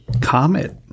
Comet